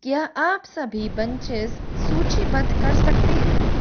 क्या आप सभी बंचेस सूचीबद्ध कर सकते हैं